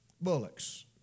bullocks